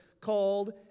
called